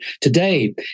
Today